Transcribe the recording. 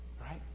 Right